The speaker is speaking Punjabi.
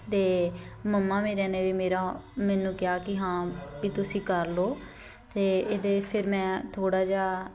ਅਤੇ ਮੰਮਾ ਮੇਰਿਆਂ ਨੇ ਵੀ ਮੇਰਾ ਮੈਨੂੰ ਕਿਹਾ ਕਿ ਹਾਂ ਵੀ ਤੁਸੀਂ ਕਰ ਲਉ ਅਤੇ ਇਹਦੇ ਫਿਰ ਮੈਂ ਥੋੜ੍ਹਾ ਜਿਹਾ